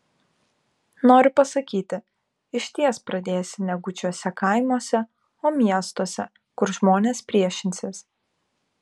noriu pasakyti išties pradėsi ne gūdžiuose kaimuose o miestuose kur žmonės priešinsis